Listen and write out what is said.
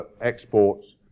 exports